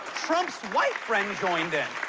trump's white friend joined in.